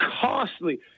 costly